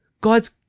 God's